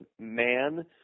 man